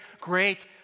great